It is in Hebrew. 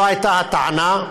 זו הייתה הטענה.